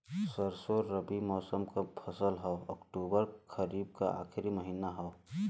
सरसो रबी मौसम क फसल हव अक्टूबर खरीफ क आखिर महीना हव